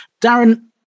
Darren